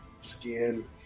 skin